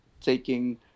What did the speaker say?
taking